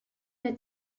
der